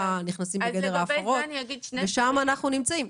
נכנסים בגדר ההפרות ושם אנחנו נמצאים.